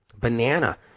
Banana